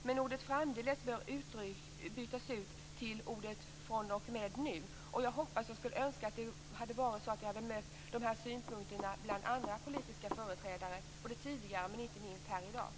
Men ordet framdeles bör bytas ut mot fr.o.m. nu. Och jag hade hoppats och önskat att jag hade mött dessa synpunkter bland andra politiska företrädare tidigare men inte minst här i dag.